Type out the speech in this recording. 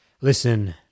listen